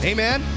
Amen